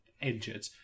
injured